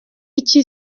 iki